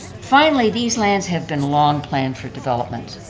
finally, these lands have been long planned for development.